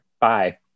bye